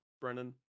Brennan